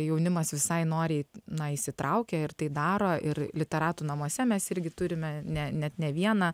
jaunimas visai noriai na įsitraukia ir tai daro ir literatų namuose mes irgi turime ne net ne vieną